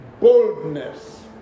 boldness